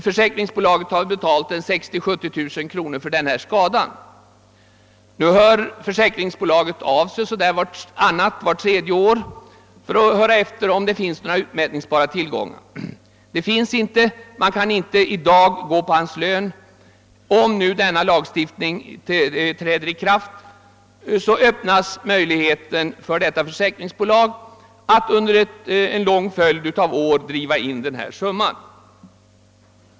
Försäkringsbolaget betalade ut 60 000—70 000 kronor för den uppkomna skadan, och vartannat eller vart tredje år hör nu försäkringsbolaget efter om det finns några utmätningsbara tillgångar. Det finns det inte, och försäkringsbolaget kan i dag inte ta av hans lön. Men om den föreslagna lagstiftningen träder i kraft öppnas möjligheter för försäkringsbolaget att under en lång följd av år driva in nämnda belopp.